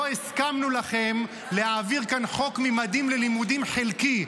לא הסכמנו לכם להעביר כאן חוק "ממדים ללימודים" חלקי.